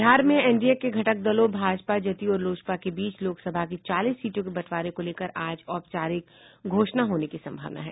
बिहार में एनडीए के घटक दलों भाजपा जदयू और लोजपा के बीच लोकसभा की चालीस सीटों के बंटवारे को लेकर आज औपचारिक घोषणा होने की सम्भावना है